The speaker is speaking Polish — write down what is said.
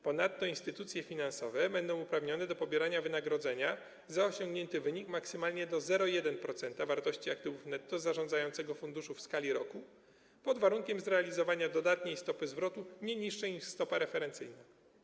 Ponadto instytucje finansowe będą uprawnione do pobierania wynagrodzenia za osiągnięty wynik w wysokości maksymalnie do 0,1% wartości aktywów netto zarządzającego funduszu w skali roku pod warunkiem zrealizowania dodatniej stopy zwrotu nie niższej niż stopa referencyjna.